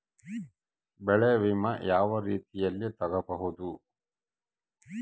ಬೆಳೆ ವಿಮೆ ಯಾವ ರೇತಿಯಲ್ಲಿ ತಗಬಹುದು?